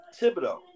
Thibodeau